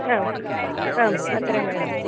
ആ ആ അത്രയും വേണം